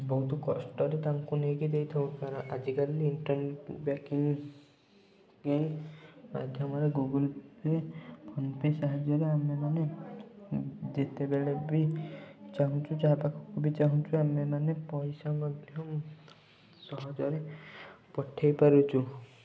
ବହୁତ କଷ୍ଟରେ ତାଙ୍କୁ ନେଇକି ଦେଇଥାଉ କା ଆଜିକାଲି ଇଣ୍ଟରନେଟ ବ୍ୟାଙ୍କିଙ୍ଗ ଇଙ୍ଗ ମାଧ୍ୟମରେ ଗୁଗୁଲପେ ଫୋନପେ ସାହାଯ୍ୟରେ ଆମେମାନେ ଯେତେବେଳେ ବି ଚାହୁଁଛୁ ଯାହାପାଖକୁ ବି ଚାହୁଁଛୁ ଆମେମାନେ ପଇସା ମଧ୍ୟ ସହଜରେ ପଠାଇପାରୁଛୁ